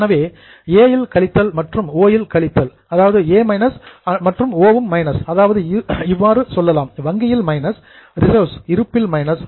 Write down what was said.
எனவே ஏ இல் கழித்தல் மற்றும் ஓ இல் கழித்தல் அதாவது இவ்வாறு சொல்லலாம் வங்கியில் மைனஸ் ரிசர்வ்ஸ் இருப்பில் மைனஸ்